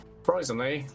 surprisingly